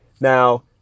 Now